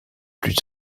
plus